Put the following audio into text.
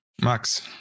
Max